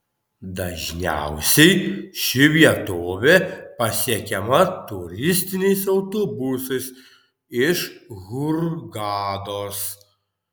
dažniausiai ši vietovė pasiekiama turistiniais autobusais iš hurgados